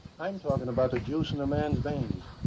i'm talking about the juice in a man's veins.